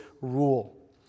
rule